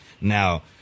Now